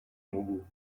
mógł